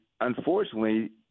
unfortunately